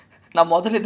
!wah!